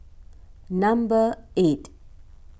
number eight